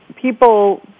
People